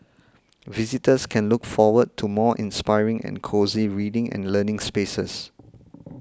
visitors can look forward to more inspiring and cosy reading and learning spaces